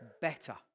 better